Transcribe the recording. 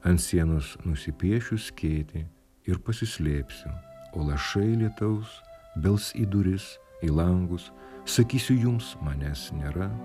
ant sienos nusipiešiu skėtį ir pasislėpsiu o lašai lietaus bels į duris į langus sakysiu jums manęs nėra